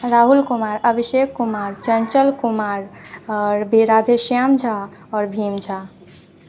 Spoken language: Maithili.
राहुल कुमार अभिषेक कुमार चञ्चल कुमार आओर बी राधेश्याम झा आओर भीम झा